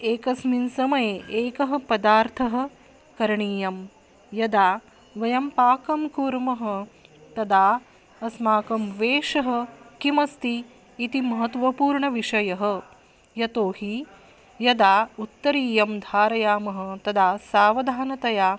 एकस्मिन् समये एकः पदार्थः करणीयं यदा वयं पाकं कुर्मः तदा अस्माकं वेशः किमस्ति इति महत्वपूर्णविषयः यतोहि यदा उत्तरीयं धारयामः तदा सावधानतया